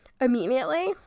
Immediately